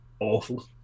awful